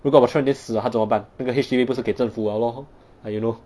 如果我突然间死了他怎么办那个 H_D_B 不是给政府了 lor like you know